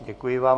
Děkuji vám.